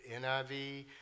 NIV